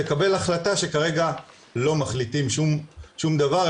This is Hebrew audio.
לקבל החלטה שכרגע לא מחליטים שום דבר,